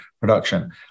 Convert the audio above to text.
production